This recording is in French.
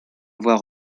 avoir